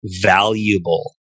valuable